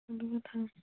সেইটো কথা